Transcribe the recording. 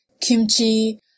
kimchi